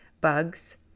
bugs